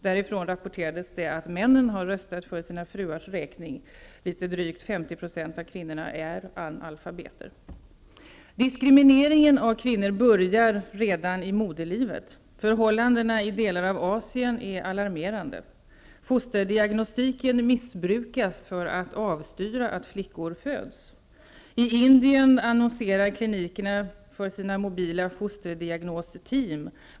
Därifrån rapporterades det att männen röstade för sina fruars räkning; litet drygt 50 % av kvinnorna är analfabeter. Diskrimineringen av kvinnor börjar redan i moderlivet. Förhållandena i delar av Asien är alarmerande. Fosterdiagnostiken missbrukas för att avstyra att flickor föds. I Indien annonserar klinikerna för sina mobila fosterdiagnosteam.